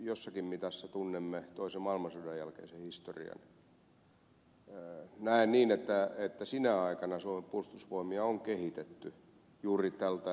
jossakin mitassa tunnemme toisen maailmansodan jälkeisen historian ja näen että sinä aikana suomen puolustusvoimia on kehitetty juuri tältä ed